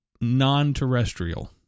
non-terrestrial